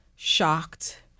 shocked